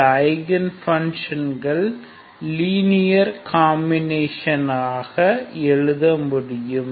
இந்த ஐகன் ஃப்பங்க்ஷன்களின் linear combination ஆக எழுதமுடியும்